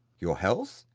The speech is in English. your health!